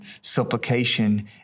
supplication